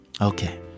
okay